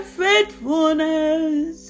faithfulness